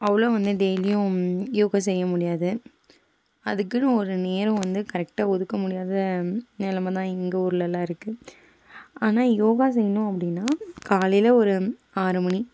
அவ்வளோ வந்து டெய்லியும் யோகா செய்யமுடியாது அதுக்குன்னு ஒரு நேரம் வந்து கரெக்டாக ஒதுக்க முடியாத நிலம தான் எங்கள் ஊர்லெலாம் இருக்குது ஆனால் யோகா செய்யணும் அப்படின்னா காலையில் ஒரு ஆறு மணி